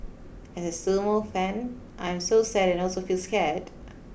as sumo fan I'm so sad and also feel scared